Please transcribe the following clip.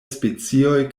specioj